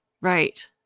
right